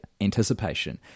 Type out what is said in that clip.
anticipation